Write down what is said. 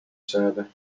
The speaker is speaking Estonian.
saada